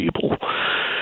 people